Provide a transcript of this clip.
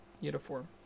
uniform